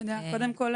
קודם כול,